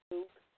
Luke